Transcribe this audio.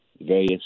various